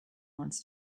wants